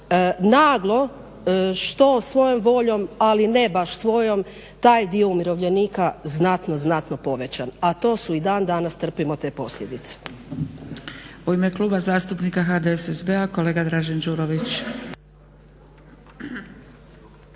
naglo što svojom voljom, ali ne baš svojom taj dio umirovljenika znatno, znatno povećan a to su i dan danas trpimo te posljedice.